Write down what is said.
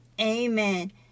amen